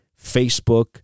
Facebook